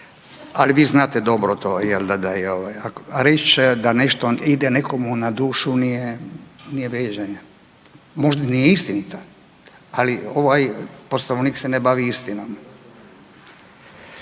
Ali vi znate dobro to jel' da? A reći da nešto ide nekome na dušu nije vrijeđanje, možda nije istinit ali ovaj Poslovnik se ne bavi istinom.